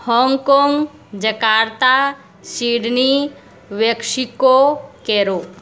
Hong Kong Jakarta Sydney Mexico केरो